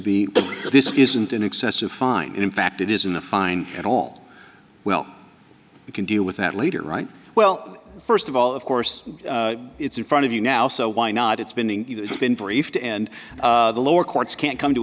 that this isn't an excessive find in fact it is in the fine at all well you can do with that later right well first of all of course it's in front of you now so why not it's been in it's been briefed and the lower courts can't come to